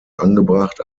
angebracht